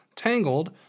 Tangled